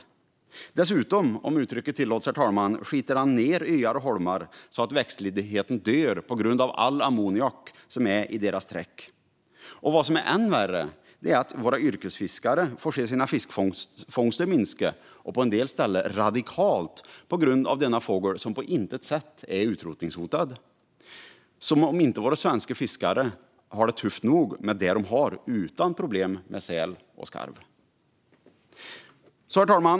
Dessutom - om uttrycket tillåts, herr talman - skitar den ned öar och holmar så att växtligheten dör på grund av all ammoniak i dess träck. Än värre är att våra yrkesfiskare får se sina fiskfångster minska, på en del ställen radikalt, på grund av denna fågel, som på intet sätt är utrotningshotad. Våra svenska fiskare har det tufft nog, utan problem med säl och skarv. Herr talman!